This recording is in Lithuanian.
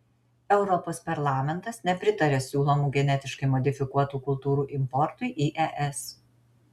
europos parlamentas nepritaria siūlomų genetiškai modifikuotų kultūrų importui į es